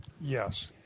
Yes